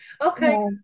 Okay